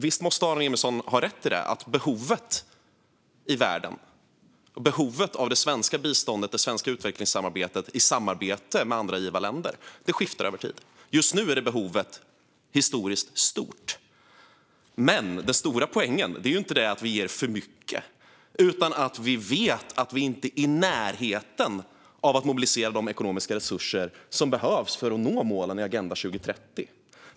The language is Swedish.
Visst måste Aron Emilsson ha rätt i att behoven i världen av det svenska biståndet och det svenska utvecklingssamarbetet, i samarbete med andra givarländer, skiftar över tid. Just nu är behovet historiskt stort. Men den stora poängen är ju inte att vi ger för mycket utan att vi vet att vi inte är i närheten av att mobilisera de ekonomiska resurser som behövs för att nå målen i Agenda 2030.